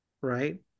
right